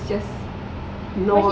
just you know how